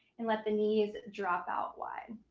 and let the knees drop out wide.